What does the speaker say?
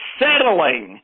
settling